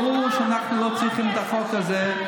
ברור שאנחנו לא צריכים את החוק הזה,